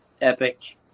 epic